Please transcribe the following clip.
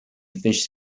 fish